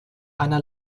einer